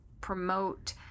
promote